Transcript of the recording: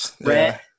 red